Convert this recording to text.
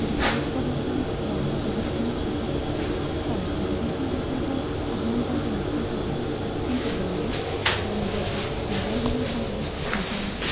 যদি পাঁচ ছবছৰ বাহিৰা জগত এখনত থাকে হয় বিদেশীয় ভাষা এটা আহৰণ কৰাটো নিশ্চয়কৈ বহুত অত্যন্ত জৰুৰী তেওঁৰ নিজৰ তাত ছাৰ্ভাইভেলৰ কাৰণে নিজৰ